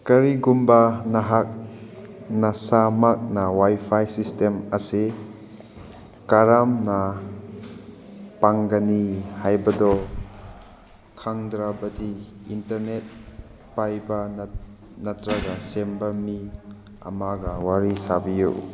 ꯀꯔꯤꯒꯨꯝꯕ ꯅꯍꯥꯛ ꯅꯁꯥꯃꯛꯅ ꯋꯥꯏꯐꯥꯏ ꯁꯤꯁꯇꯦꯝ ꯑꯁꯤ ꯀꯔꯝꯅ ꯄꯥꯡꯒꯅꯤ ꯍꯥꯏꯕꯗꯣ ꯈꯪꯗ꯭ꯔꯕꯗꯤ ꯏꯟꯇꯔꯅꯦꯠ ꯄꯥꯏꯕ ꯅꯠꯇ꯭ꯔꯒ ꯁꯦꯝꯕ ꯃꯤ ꯑꯃꯒ ꯋꯥꯔꯤ ꯁꯥꯕꯤꯌꯨ